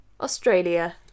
Australia